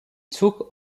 took